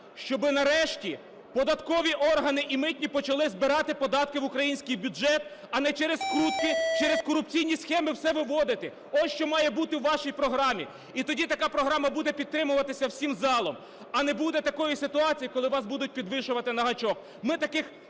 щоби нарешті податкові органи і митні почали збирати податки в український бюджет, а не через скрутки, через корупційні схеми все виводити. Ось що має бути у вашій програмі. І тоді така програма буде підтримуватися всім залом, а не буде такої ситуації, коли вас будуть підвішувати на гачок.